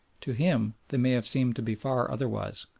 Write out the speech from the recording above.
to him they may have seemed to be far otherwise.